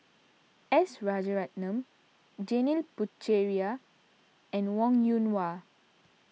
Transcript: S Rajaratnam Janil Puthucheary and Wong Yoon Wah